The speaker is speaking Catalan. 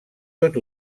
tot